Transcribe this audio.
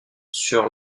sur